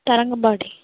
Tharangambadi